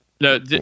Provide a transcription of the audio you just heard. No